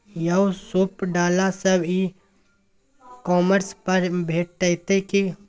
यौ सूप डाला सब ई कॉमर्स पर भेटितै की?